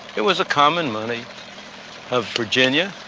it was the common money of virginia,